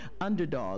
Underdog